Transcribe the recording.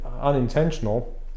unintentional